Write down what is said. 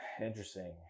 Interesting